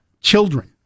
Children